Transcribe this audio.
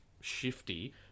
shifty